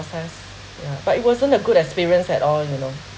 protest yeah but it wasn't a good experience at all you know